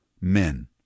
men